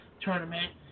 tournament